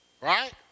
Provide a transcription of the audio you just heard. Right